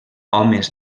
homes